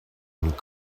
nous